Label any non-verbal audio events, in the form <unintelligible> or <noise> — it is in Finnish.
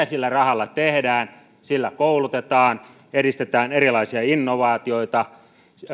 <unintelligible> sillä rahalla tehdään sillä koulutetaan edistetään erilaisia innovaatioita